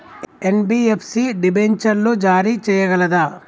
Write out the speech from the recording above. NBFC డిబెంచర్లు జారీ చేయగలదా?